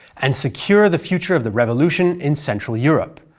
and secure the future of the revolution in central europe.